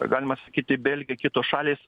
galima sakyti belgija kitos šalys